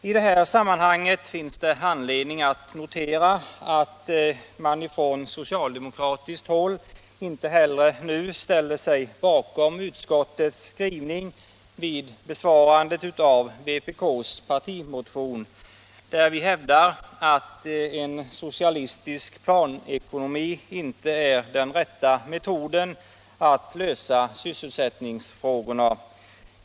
I detta sammanhang finns det anledning att notera att socialdemokraterna inte ställer sig bakom utskottets skrivning vid besvarandet av vpk:s partimotion, när vi hävdar att en socialistisk planekonomi inte är den rätta metoden att lösa sysselsättningsfrågorna.